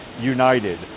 united